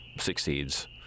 succeeds